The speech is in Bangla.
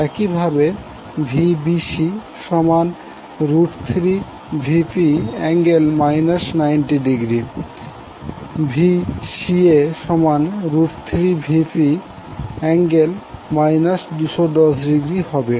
একই ভাবে Vbc3Vp∠ 90° Vca3Vp∠ 210° হবে